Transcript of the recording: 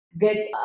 get